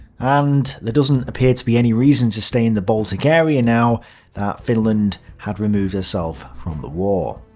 and there doesn't appear to be any reason to stay in the baltic area now that finland had removed herself from the war.